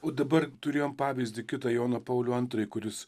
o dabar turėjom pavyzdį kitą joną paulių antrąjį kuris